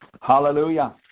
Hallelujah